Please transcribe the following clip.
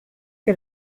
que